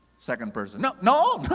second person, no, no.